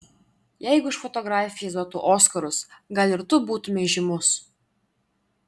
jeigu už fotografijas duotų oskarus gal ir tu būtumei žymus